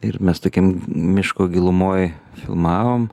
ir mes tokiam miško gilumoj filmavom